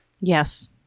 Yes